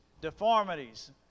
deformities